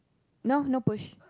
no no push